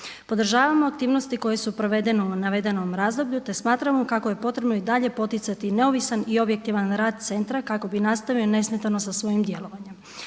Podržavamo aktivnosti koje su provedene u navedenom razdoblju, te smatramo kako je potrebno i dalje poticati neovisan i objektivan rad centra kako bi nastavio nesmetano sa svojim djelovanjem.